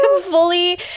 fully